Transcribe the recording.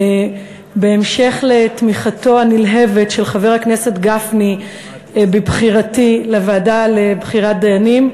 בהמשך לתמיכתו הנלהבת של חבר הכנסת גפני בבחירתי לוועדה לבחירת דיינים,